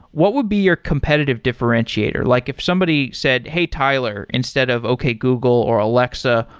what would be your competitive differentiator? like if somebody said, hey, tyler, instead of, okay, google, or alexa,